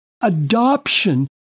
adoption